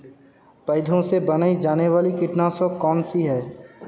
पौधों से बनाई जाने वाली कीटनाशक कौन सी है?